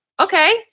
okay